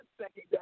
second